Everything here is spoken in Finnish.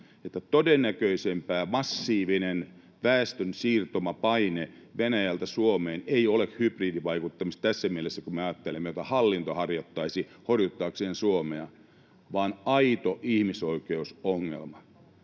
että todennäköisempää massiivinen väestönsiirtymäpaine Venäjältä Suomeen ei ole hybridivaikuttamista tässä mielessä kuin me ajattelemme, jota hallinto harjoittaisi horjuttaakseen Suomea, vaan aito ihmisoikeusongelma.